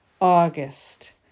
August